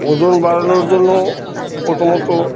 ওজন বাড়ানোর জন্য প্রথমত